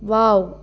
wow